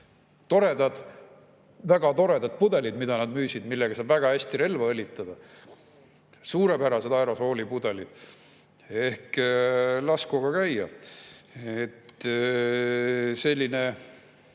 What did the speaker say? Toredad, väga toredad pudelid, mida nad müüsid, millega saab väga hästi relva õlitada. Suurepärased aerosoolipudelid, lasku aga käia. Selline